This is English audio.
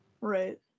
Right